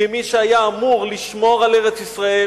כמי שהיה אמור לשמור על ארץ-ישראל